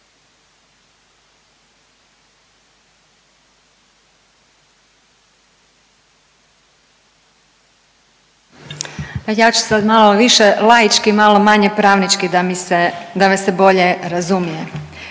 Ja ću sam malo više laički, malo manje pravnički da me se bolje razumije.